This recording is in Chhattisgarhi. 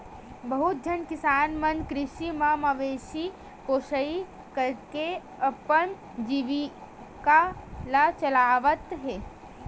बहुत झन किसान मन कृषि म मवेशी पोसई करके अपन जीविका ल चलावत हे